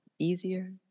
easier